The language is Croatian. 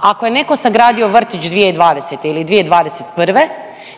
ako je neko sagradio vrtić 2020. ili 2021.